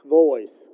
voice